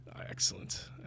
Excellent